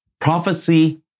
prophecy